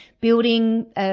building